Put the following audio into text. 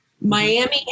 Miami